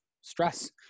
stress